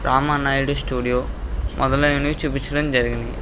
Ramanaidu studio మొదలైనవి చూపించడం జరిగింది